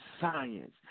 science